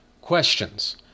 questions